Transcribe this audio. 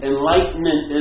Enlightenment